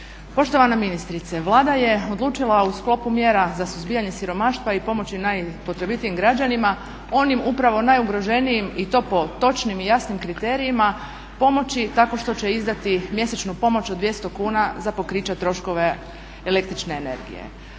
Poštovana ministrice, Vlada je odlučila u sklopu mjera za suzbijanje siromaštva i pomoći najpotrebitijim građanima, onim upravo najugroženijim i to po točnim i jasnim kriterijima pomoći tako što će izdati mjesečnu pomoć od 200 kuna za pokrića troškova električne energije.